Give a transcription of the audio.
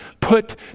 put